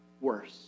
worse